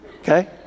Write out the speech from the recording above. Okay